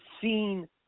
seen